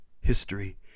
history